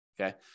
Okay